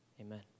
amen